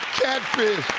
catfish.